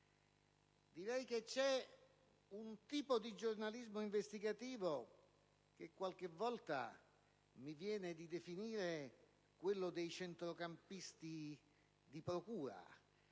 Direi che c'è un tipo di giornalismo investigativo, che qualche volta mi viene da definire quello dei centrocampisti di Procura,